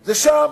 זה שם,